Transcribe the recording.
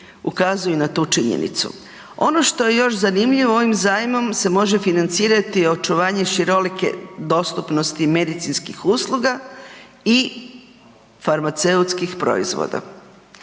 ukazuju na tu činjenicu. Ono što je još zanimljivo ovim zajmom se može financirati očuvanje širolike dostupnosti medicinskih usluga i farmaceutskih proizvoda.